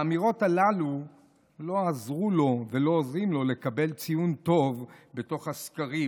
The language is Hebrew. האמירות האלה לא עזרו לו ולא עוזרות לו לקבל ציון טוב בתוך הסקרים.